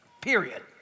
Period